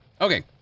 Okay